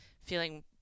feeling